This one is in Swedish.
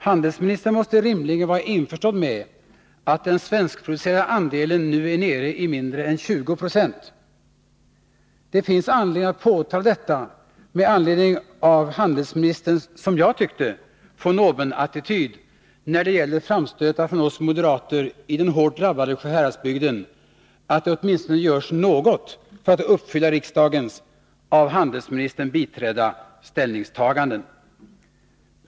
Handelsministern måste rimligen vara införstådd med att den svenskproducerade andelen nu är nere i mindre än 20 96. Det finns skäl att påtala detta med anledning av handelsministerns — såsom jag uppfattade det — von oben-attityd när det gäller framstötar från oss moderater i den hårt drabbade Sjuhäradsbygden att det åtminstone bör göras något för att uppfylla riksdagens av handelsministern biträdda ställningstaganden.